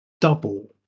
Double